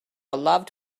loved